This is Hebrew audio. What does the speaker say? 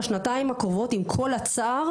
בשנתיים הקרובות עם כל הצער,